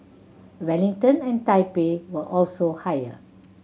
Wellington and Taipei were also higher